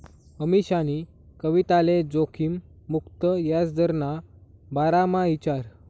अमीशानी कविताले जोखिम मुक्त याजदरना बारामा ईचारं